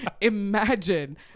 Imagine